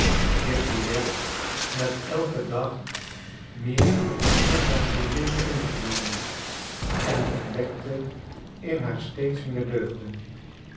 kitty werd met elken dag meer met haar vriendin ingenomen en ontdekte in haar steeds meer deugden